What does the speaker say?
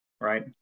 Right